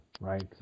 right